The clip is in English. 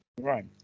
Right